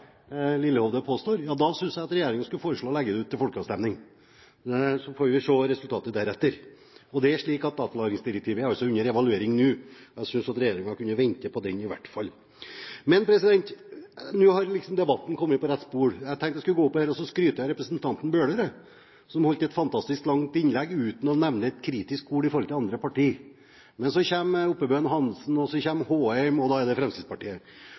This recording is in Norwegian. Lillehovde påstår, da synes jeg regjeringen skulle foreslå å legge det ut til folkeavstemning, og så får vi se resultatet etter det. Det er altså slik at datalagringsdirektivet er under evaluering nå. Jeg synes at regjeringen kunne vente på den i hvert fall. Men nå har debatten kommet på rett spor. Jeg tenkte jeg skulle gå opp her og skryte av representanten Bøhler, som holdt et fantastisk, langt innlegg uten å si et kritisk ord om noe annet parti. Men så kommer Oppebøen Hansen og Håheim, og da gjelder det Fremskrittspartiet. Så mye usannheter og omtrentligheter som disse representantene kommer med! Det